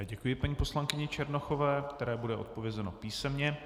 Děkuji paní poslankyni Černochové, které bude odpovězeno písemně.